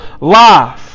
life